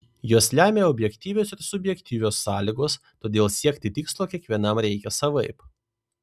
juos lemia objektyvios ir subjektyvios sąlygos todėl siekti tikslo kiekvienam reikia savaip